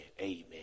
amen